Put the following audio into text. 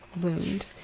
wound